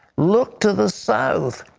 look to the south,